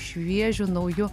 šviežiu nauju